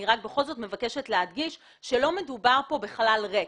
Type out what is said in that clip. אני בכל זאת מבקשת להדגיש שלא מדובר כאן בחלל ריק.